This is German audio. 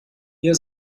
ihr